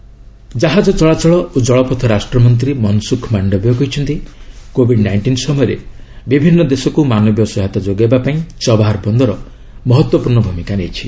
Mandaviya Chabahar port ଜାହାଜ ଚଳାଚଳ ଓ ଜଳପଥ ରାଷ୍ଟ୍ରମନ୍ତ୍ରୀ ମନସୁଖ୍ ମାଣ୍ଡବିୟ କହିଛନ୍ତି କୋବିଡ୍ ନାଇଷ୍ଟିନ୍ ସମୟରେ ବିଭିନ୍ନ ଦେଶକୁ ମାନବୀୟ ସହାୟତା ଯୋଗାଇବା ପାଇଁ ଚବାହର ବନ୍ଦର ମହତ୍ୱପୂର୍ଣ୍ଣ ଭୂମିକା ନେଇଛି